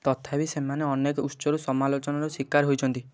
ତଥାପି ସେମାନେ ଅନେକ ଉତ୍ସରୁ ସମାଲୋଚନାର ଶିକାର ହେଇଛନ୍ତି